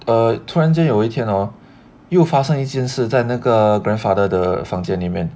err 突然间有一天又发生一件事在那个 grandfather 的房间里面